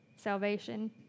Salvation